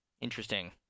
Interesting